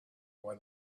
where